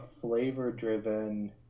flavor-driven